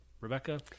Rebecca